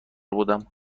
بودم